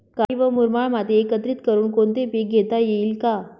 काळी व मुरमाड माती एकत्रित करुन कोणते पीक घेता येईल का?